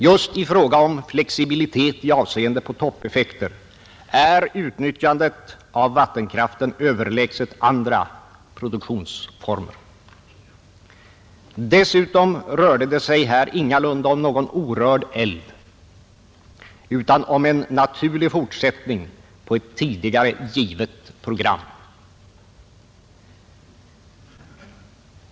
Just i fråga om flexibilitet i avseende på toppeffekter är utnyttjandet av vattenkraften överlägset andra produktionsformer. Dessutom rörde det sig här ingalunda om någon orörd älv, utan om en naturlig fortsättning på ett tidigare givet program.